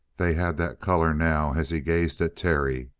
they had that color now as he gazed at terry.